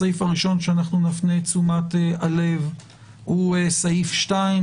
הסעיף הראשון שנפנה את תשומת הלב הוא סעיף 2,